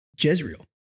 Jezreel